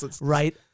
Right